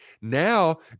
now